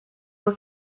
were